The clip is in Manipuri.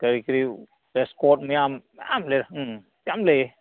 ꯀꯔꯤ ꯀꯔꯤ ꯋꯦꯁ ꯀꯣꯠ ꯃꯌꯥꯝ ꯃꯌꯥꯝ ꯂꯩꯔꯦ ꯎꯝ ꯌꯥꯝ ꯂꯩꯌꯦ